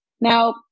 Now